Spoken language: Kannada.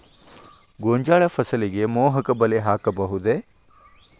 ಗೋಂಜಾಳ ಫಸಲಿಗೆ ಮೋಹಕ ಬಲೆ ಹಾಕಬಹುದೇ?